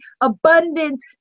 abundance